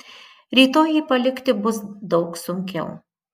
rytoj jį palikti bus daug sunkiau